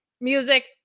music